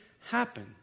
happen